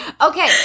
Okay